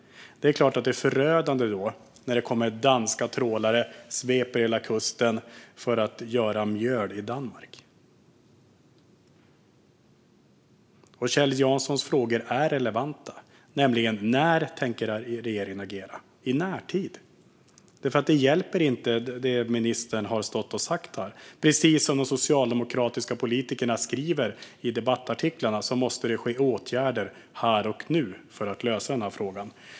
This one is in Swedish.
Det är klart att det då är förödande när det kommer danska trålare och sveper hela kusten för att göra mjöl i Danmark. Kjell Janssons frågor är relevanta, nämligen: När tänker regeringen agera - i närtid? Det som ministern har stått och sagt här hjälper inte. Precis som de socialdemokratiska politikerna skriver i debattartiklarna måste det ske åtgärder här och nu för att lösa denna fråga.